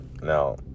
Now